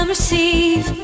receive